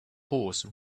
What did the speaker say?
horse